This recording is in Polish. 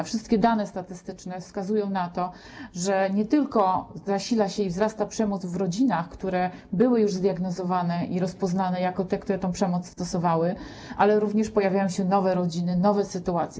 Wszystkie dane statystyczne wskazują na to, że nie tylko nasila się i wzrasta przemoc w rodzinach, które były już zdiagnozowane i rozpoznane jako te, które tę przemoc stosowały, ale również pojawiają się nowe rodziny, nowe sytuacje.